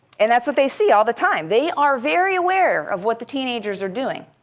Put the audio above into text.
and that's what they see all the time. they are very aware of what the teenagers are doing.